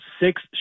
six